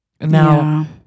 now